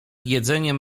jedzeniem